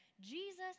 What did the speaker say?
Jesus